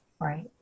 Right